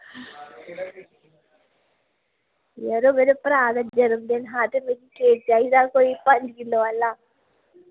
यरो मेरे भ्राऽ दा जन्मदिन हा ते मिगी केक चाहिदा हा पंज किलो आह्ला